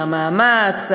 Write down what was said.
המאמץ,